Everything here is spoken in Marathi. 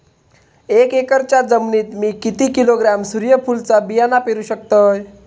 एक एकरच्या जमिनीत मी किती किलोग्रॅम सूर्यफुलचा बियाणा पेरु शकतय?